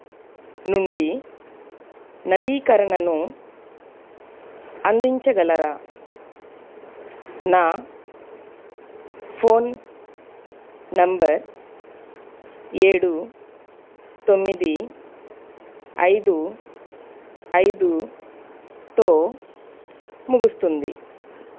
నుండి నవీకరణను అందించగలరా నా ఫోన్ నెంబర్ ఏడు తొమ్మిది ఐదు ఐదుతో ముగుస్తుంది